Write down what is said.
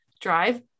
drive